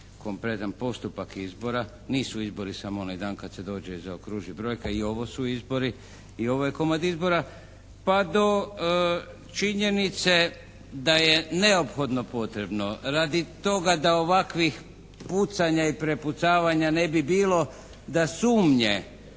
kompletan postupak izbora. Nisu izbori samo onaj dan kad se dođe i zaokruži brojka. I ovo su izbori. I ovo je komad izbora. Pa do činjenice da je neophodno potrebno radi toga da ovakvih pucanja i prepucavanja ne bi bilo da sumnje